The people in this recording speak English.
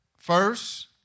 First